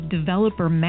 developer